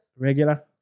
regular